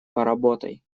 поработай